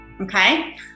okay